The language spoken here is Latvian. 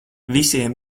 visiem